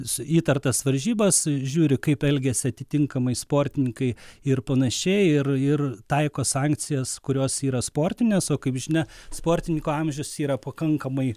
su įtartas varžybas žiūri kaip elgiasi atitinkamai sportininkai ir panašiai ir ir taiko sankcijas kurios yra sportinės o kaip žinia sportininko amžius yra pakankamai